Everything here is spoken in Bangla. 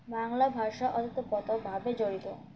বাংলা ভাষা ওতপ্রোত ভাবে জড়িত